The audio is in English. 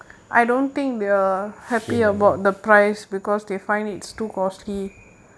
keen amount